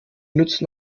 nützen